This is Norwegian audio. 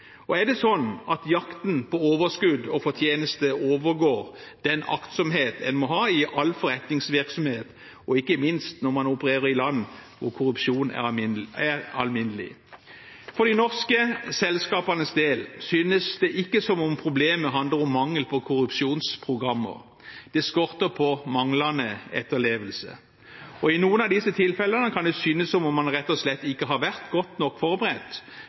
Er det sånn at jakten på overskudd og fortjeneste overgår den aktsomheten en må ha i all forretningsvirksomhet, ikke minst når man opererer i land der korrupsjon er alminnelig? For de norske selskapenes del synes det ikke som om problemet handler om mangel på korrupsjonsprogrammer. Det skorter på etterlevelse. I noen av disse tilfellene kan det synes som om man rett og slett ikke har vært godt nok forberedt